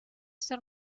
ser